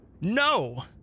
No